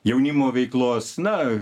jaunimo veiklos na